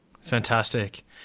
Fantastic